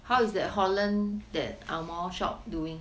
how is that holland that ang moh shop doing